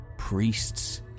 Priests